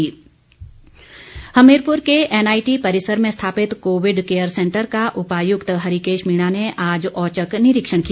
निरीक्षण हमीरपुर के एनआईटी परिसर में स्थापित कोविड केयर सेंटर का उपायुक्त हरिकेश मीणा ने आज औचक निरीक्षण किया